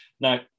Now